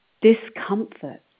discomfort